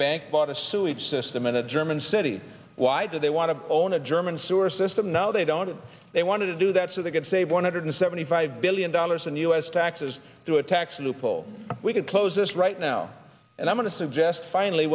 bank bought a sewage system in a german city why do they want to own a german sewer system now they don't they wanted to do that so they could save one hundred seventy five billion dollars in u s taxes through a tax loophole we could close this right now and i'm going to suggest finally